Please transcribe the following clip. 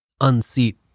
unseat